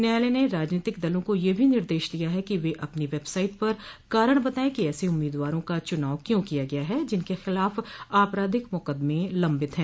न्यायालय ने राजनीतिक दलों को यह भी निर्देश दिया कि वे अपनी वेबसाइट पर कारण बतायें कि ऐसे उम्मीदवारों का चुनाव क्यों किया गया है जिन के खिलाफ आपराधिक मुकदमे लम्बित हैं